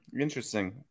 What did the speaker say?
interesting